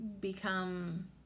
become